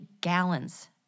gallons